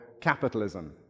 capitalism